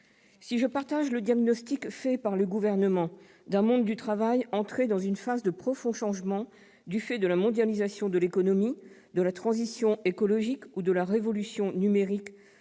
Si je partage le diagnostic établi par le Gouvernement d'un monde du travail entré dans une phase de profonds changements du fait de la mondialisation de l'économie, de la transition écologique ou de la révolution numérique,